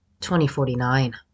2049